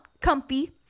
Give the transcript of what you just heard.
comfy